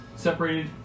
Separated